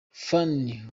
phanny